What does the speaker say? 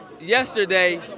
yesterday